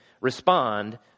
respond